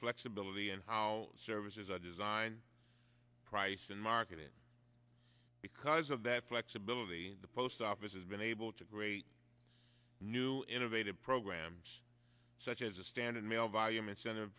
flexibility and how services are designed priced and marketed because of that flexibility the post office has been able to great new innovative programs such as a standard mail volume incentive